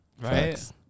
Right